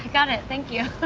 got it. thank you.